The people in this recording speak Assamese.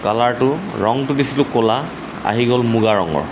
কালাৰটো ৰঙটো দিছিলোঁ ক'লা আহি গ'ল মুগা ৰঙৰ